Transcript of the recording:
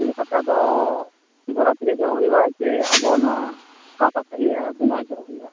ᱵᱷᱩᱛᱲᱤ ᱯᱟᱛᱟ ᱫᱚ ᱥᱤᱵᱚ ᱨᱟᱛᱛᱨᱤ ᱦᱤᱞᱳᱜ ᱦᱩᱭᱩᱜᱼᱟ ᱥᱮ ᱟᱵᱚ ᱱᱚᱣᱟ ᱚᱠᱟ ᱯᱟᱛᱟ ᱤᱭᱟᱹ ᱵᱚᱸᱜᱟ ᱦᱤᱞᱳᱜ ᱦᱩᱭᱩᱜᱼᱟ